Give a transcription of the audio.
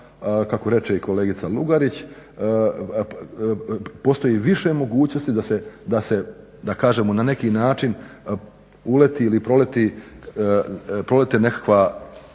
kako reče i kolegica Lugarić, postoji više mogućnosti da se da kažemo na neki način uleti ili prolete nekakva